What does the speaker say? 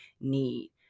need